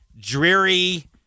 dreary